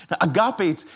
Agape